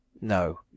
No